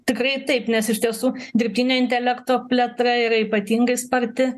tikrai taip nes iš tiesų dirbtinio intelekto plėtra yra ypatingai sparti